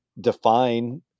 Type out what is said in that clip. define